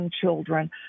children